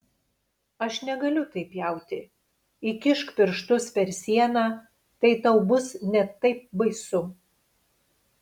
aš negaliu taip pjauti įkišk pirštus per sieną tai tau bus net taip baisu